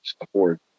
afford